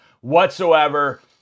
whatsoever